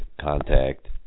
contact